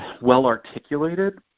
well-articulated